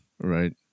right